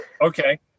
Okay